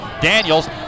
Daniels